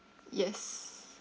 yes